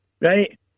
Right